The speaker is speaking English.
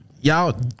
y'all